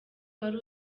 wari